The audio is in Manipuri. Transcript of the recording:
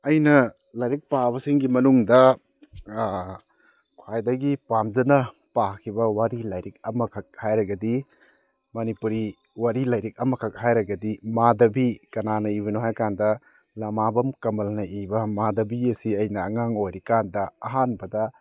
ꯑꯩꯅ ꯂꯥꯏꯔꯤꯛ ꯄꯥꯕꯁꯤꯡꯒꯤ ꯃꯅꯨꯡꯗ ꯈ꯭ꯋꯥꯏꯗꯒꯤ ꯄꯥꯝꯖꯅ ꯄꯥꯈꯤꯕ ꯋꯥꯔꯤ ꯂꯥꯏꯔꯤꯛ ꯑꯃꯈꯛ ꯍꯥꯏꯔꯒꯗꯤ ꯃꯅꯤꯄꯨꯔꯤ ꯋꯥꯔꯤ ꯂꯥꯏꯔꯤꯛ ꯑꯃꯈꯛ ꯍꯥꯏꯔꯒꯗꯤ ꯃꯥꯙꯕꯤ ꯀꯅꯥꯅ ꯏꯕꯅꯣ ꯍꯥꯏ ꯀꯥꯟꯗ ꯂꯥꯃꯥꯕꯝ ꯀꯃꯜꯅ ꯏꯕ ꯃꯥꯙꯕꯤ ꯑꯁꯤ ꯑꯩꯅ ꯑꯉꯥꯡ ꯑꯣꯏꯔꯤ ꯀꯥꯟꯗ ꯑꯍꯥꯟꯕꯗ